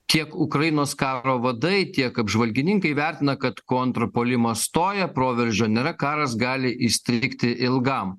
tiek ukrainos karo vadai tiek apžvalgininkai vertina kad kontrpuolimas stoja proveržio nėra karas gali įstrigti ilgam